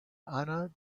anna